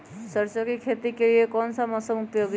सरसो की खेती के लिए कौन सा मौसम उपयोगी है?